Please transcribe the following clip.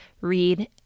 read